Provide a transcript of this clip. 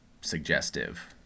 suggestive